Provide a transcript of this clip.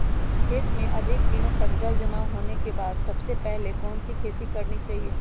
खेत में अधिक दिनों तक जल जमाओ होने के बाद सबसे पहली कौन सी खेती करनी चाहिए?